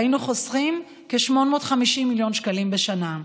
היינו חוסכים כ-850 מיליון שקלים בשנה.